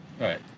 right